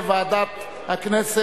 היא מועברת לוועדת החוקה.